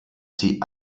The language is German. sie